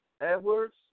Edwards